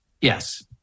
Yes